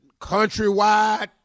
countrywide